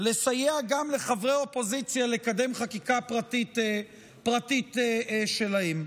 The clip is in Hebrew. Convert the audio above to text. לסייע גם לחברי אופוזיציה לקדם חקיקה פרטית שלהם.